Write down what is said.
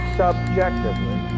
subjectively